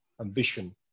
ambition